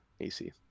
AC